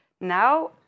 Now